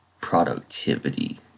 productivity